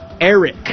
Eric